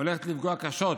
הולכת לפגוע קשות,